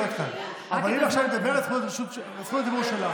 אבל היא עכשיו מדברת וזכות הדיבור שלה.